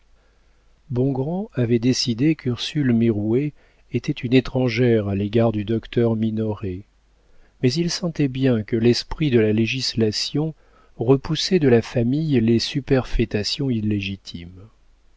bongrand avait décidé qu'ursule mirouët était une étrangère à l'égard du docteur minoret mais il sentait bien que l'esprit de la législation repoussait de la famille les superfétations illégitimes